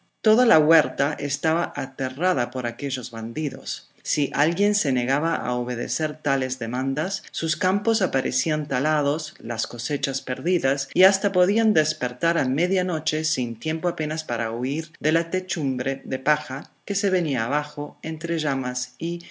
toda la huerta estaba aterrada por aquellos bandidos si alguien se negaba a obedecer tales demandas sus campos aparecían talados las cosechas perdidas y hasta podía despertar a media noche sin tiempo apenas para huir de la techumbre de paja que se venía abajo entre llamas y